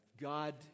God